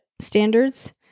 standards